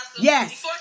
yes